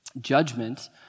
judgment